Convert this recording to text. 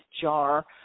jar